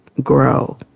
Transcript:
grow